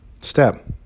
step